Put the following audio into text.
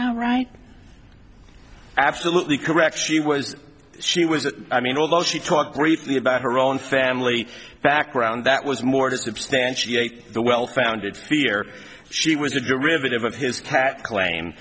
now right absolutely correct she was she was i mean although she talked briefly about her own family background that was more to substantiate the well founded fear she was a derivative of his cat claim